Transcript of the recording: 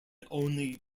only